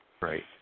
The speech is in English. right